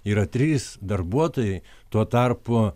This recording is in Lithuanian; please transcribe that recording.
yra trys darbuotojai tuo tarpu